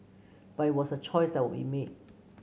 but it was a choice that we made